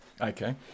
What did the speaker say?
Okay